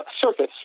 surface